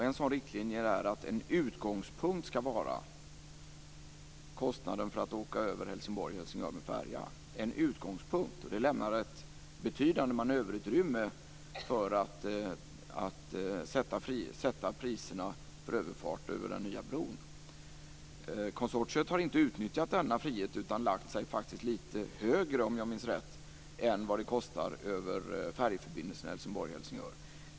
En sådan riktlinje är att en utgångspunkt ska vara kostnaden för att åka över mellan Helsingborg och Helsingør med färja. Detta är alltså en utgångspunkt, och det lämnar ett betydande manöverutrymme för att sätta priserna för överfart över den nya bron. Konsortiet har inte utnyttjat denna frihet, utan faktiskt lagt sig lite högre, om jag minns rätt, än vad färjeförbindelsen Helsingborg-Helsingør kostar.